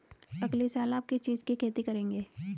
अगले साल आप किस चीज की खेती करेंगे?